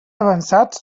avançats